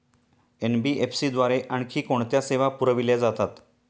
NBFC द्वारे आणखी कोणत्या सेवा पुरविल्या जातात?